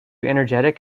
energetic